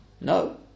No